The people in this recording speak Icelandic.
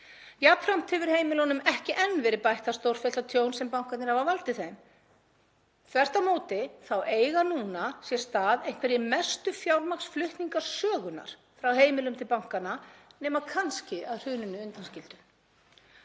Jafnframt hefur heimilunum ekki enn verið bætt það stórfellda tjón sem bankarnir hafa valdið þeim. Þvert á móti þá eiga sér nú stað einhverjir mestu fjármagnsflutningar sögunnar frá heimilunum til bankanna nema kannski að hruninu undanskildu.